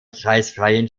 kreisfreien